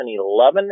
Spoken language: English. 2011